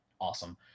awesome